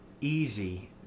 easy